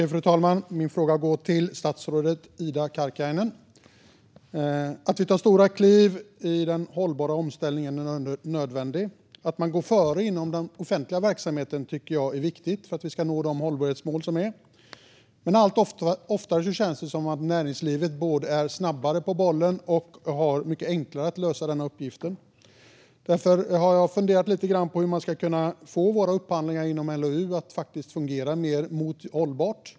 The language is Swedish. Fru talman! Min fråga går till statsrådet Ida Karkiainen. Att vi tar stora kliv i den hållbara omställningen är nödvändigt. Att man går före inom den offentliga verksamheten tycker jag är viktigt för att vi ska nå de hållbarhetsmål som finns, men det känns allt oftare som att näringslivet både är snabbare på bollen och har mycket enklare att lösa uppgiften. Därför har jag funderat lite grann på hur man ska kunna få våra upphandlingar inom LOU att faktiskt bidra i arbetet för att uppnå hållbarhet.